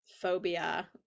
phobia